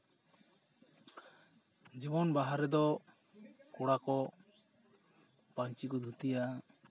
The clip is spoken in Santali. ᱡᱮᱢᱚᱱ ᱵᱟᱦᱟ ᱨᱮᱫᱚ ᱠᱚᱲᱟ ᱠᱚ ᱯᱟᱹᱧᱪᱤ ᱠᱚ ᱫᱷᱩᱛᱤᱭᱟ